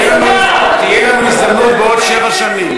תהיה לנו הזדמנות בעוד שבע שנים.